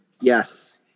Yes